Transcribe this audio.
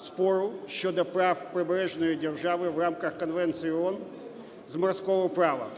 спору щодо прав прибережної держави в рамках Конвенції ООН з морського права.